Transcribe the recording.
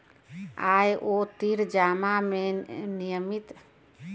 आवर्ती जमा में नियमित आय वाला लोग हर महिना एगो तय राशि जमा करत बाने